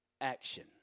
action